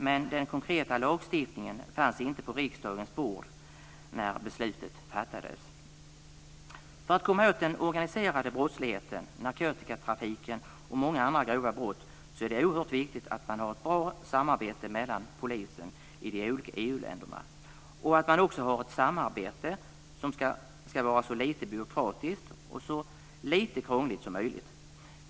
Men den konkreta lagstiftningen fanns inte på riksdagens bord när beslutet fattades. För att komma åt den organiserade brottsligheten, narkotikatrafiken och många andra grova brott är det oerhört viktigt att man har ett bra samarbete mellan polisen i de olika EU-länderna och att man också har ett samarbete som ska vara så lite byråkratiskt och så lite krångligt som möjligt.